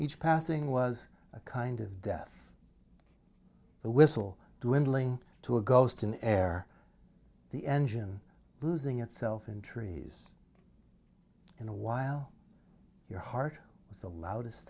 each passing was a kind of death the whistle dwindling to a ghost an air the engine losing itself in trees in a while your heart was the loudest